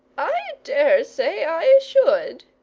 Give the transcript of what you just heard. i dare say i should,